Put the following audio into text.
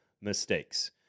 mistakes